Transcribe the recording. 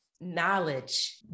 knowledge